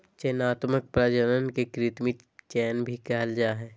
चयनात्मक प्रजनन के कृत्रिम चयन भी कहल जा हइ